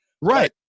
Right